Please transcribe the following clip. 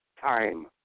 time